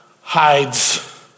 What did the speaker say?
hides